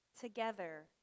Together